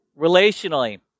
relationally